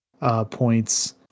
points